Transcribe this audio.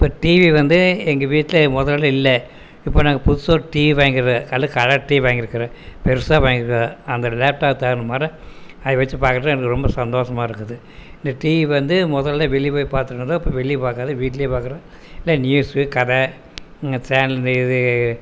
இப்போ டிவி வந்து எங்கே வீட்டில் முதல்ல இல்லை இப்போ நாங்கள் புதுசாக ஒரு டிவி வாங்கிருக்கிறேன் அதுவும் கலர் டிவி வாங்கிருக்கிறோம் பெருசாக வாங்கிருக்கிறோம் அந்த லேப்டாப் தகுந்த மாதிரி அதை வச்சு பார்க்குறது எனக்கு ரொம்ப சந்தோஷமா இருக்குது இந்த டிவி வந்து முதல்ல வெளியே போய் பார்த்துட்ருந்தோம் இப்போ வெளியே பார்க்கல வீட்டிலையே பார்க்கறோம் இந்த நியூஸ் கதை சேனலு இது